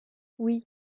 oui